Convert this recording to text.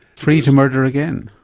free to murder again?